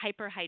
hyperhidrosis